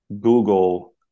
google